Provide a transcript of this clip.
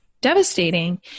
devastating